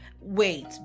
Wait